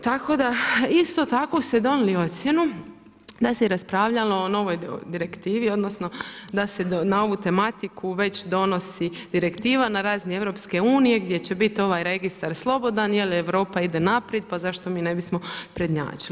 Tako da, isto tako ste donili ocjenu da raspravljalo o novoj direktivi, odnosno da se na ovu tematiku već donosi direktiva na razini EU gdje će bit ovaj registar slobodan jel Europa ide naprid pa zašto mi ne bismo prednjačili.